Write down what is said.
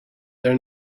their